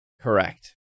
Correct